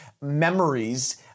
memories